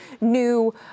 new